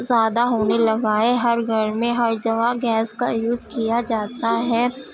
زیادہ ہونے لگا ہے ہر گھر میں ہر جگہ گیس کا یوز کیا جاتا ہے